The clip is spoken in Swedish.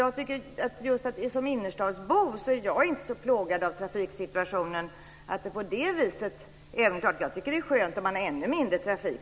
Jag är som innerstadsbo inte så plågad av trafiksituationen, även om det är klart att det skulle vara skönt med ännu mindre trafik.